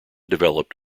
developed